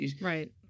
Right